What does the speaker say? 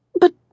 But